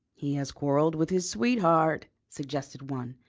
he has quarrelled with his sweetheart, suggested one.